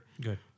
Good